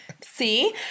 See